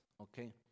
Okay